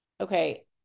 okay